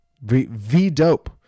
V-dope